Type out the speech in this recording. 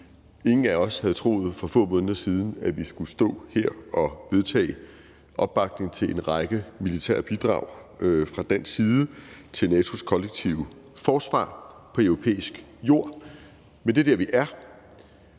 Ingen af os havde troet for få måneder siden, at vi skulle stå her og vedtage opbakning til en række militære bidrag fra dansk side til NATO's kollektive forsvar på europæisk jord. Men det er der, vi er.